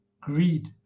greed